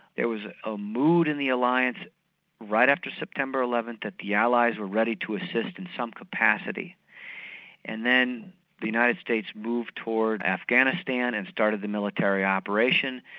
there was a mood in the alliance right after september eleventh that the allies were ready to assist in some capacity and then the united states moved towards afghanistan and started the military operation,